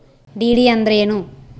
DD ಅಂದ್ರೇನು?